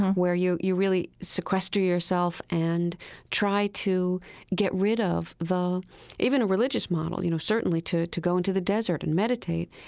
where you you really sequester yourself and try to get rid of the even a religious model, you know, certainly to to go into the desert and meditate.